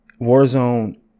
Warzone